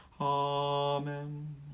Amen